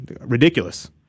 ridiculous